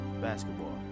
basketball